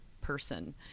person